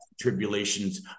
tribulations